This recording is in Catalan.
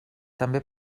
també